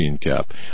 cap